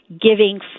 giving